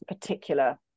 particular